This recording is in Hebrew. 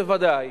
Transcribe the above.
בוודאי.